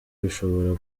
bishobora